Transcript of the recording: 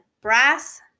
brass